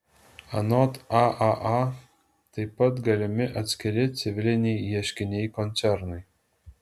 anot aaa taip pat galimi atskiri civiliniai ieškiniai koncernui